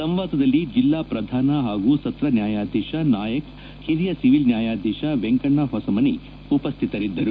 ಸಂವಾದದಲ್ಲಿ ಜಿಲ್ಲಾ ಪ್ರಧಾನ ಹಾಗೂ ಸತ್ರ ನ್ಯಾಯಾಧೀಶ ನಾಯಕ್ ಹಿರಿಯ ಸಿವಿಲ್ ನ್ಯಾಯಾಧೀಶ ವೆಂಕಣ್ಣ ಹೊಸಮನಿ ಉಪಸ್ಥಿತರಿದ್ದರು